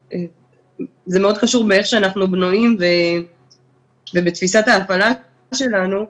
זה מאוד חשוב מאיך שאנחנו בנויים ומתפיסת ההפעלה שלנו,